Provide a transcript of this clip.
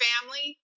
family